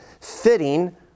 fitting